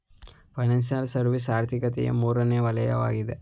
financial service ಆರ್ಥಿಕತೆಯ ಮೂರನೇ ವಲಯವಗಿದೆ